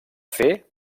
fer